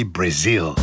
Brazil